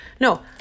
No